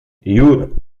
jur